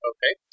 Okay